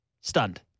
Stunned